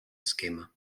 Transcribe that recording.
esquema